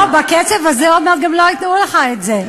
בקצב הזה עוד מעט גם לא ייתנו לך את זה.